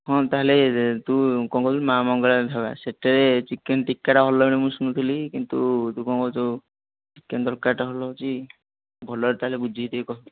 ହଁ ତା'ହେଲେ ତୁ କ'ଣ କହୁଛୁ ମା' ମଙ୍ଗଳା ଢାବା ସେଥିରେ ଚିକେନ୍ ଟିକ୍କାଟା ଭଲ ଲାଗେ ବୋଲି ମୁଁ ଶୁଣୁଥିଲି କିନ୍ତୁ ତୁ କ'ଣ କହୁଛୁ ଚିକେନ୍ ତରକାରୀଟା ଭଲ ଲାଗୁଛି ଭଲରେ ତା'ହେଲେ ବୁଝିକି ଟିକିଏ କହ